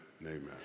Amen